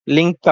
Link